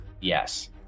yes